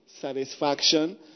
satisfaction